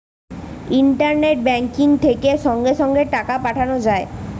internet banking থেকে সঙ্গে সঙ্গে টাকা পাঠানো যায়